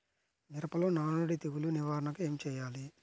మిరపలో నానుడి తెగులు నివారణకు ఏమి చేయాలి?